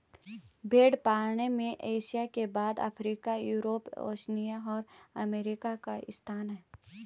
भेंड़ पालन में एशिया के बाद अफ्रीका, यूरोप, ओशिनिया और अमेरिका का स्थान है